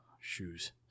shoes